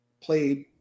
played